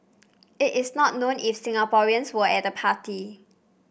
it is not known if Singaporeans were at the party